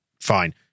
fine